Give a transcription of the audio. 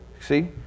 See